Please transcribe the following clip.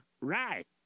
right